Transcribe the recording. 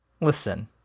listen